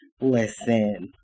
Listen